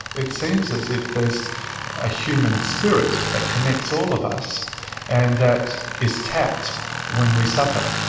it seems as if there's a human spirit that connects all of us and that is tapped when we suffer.